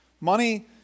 Money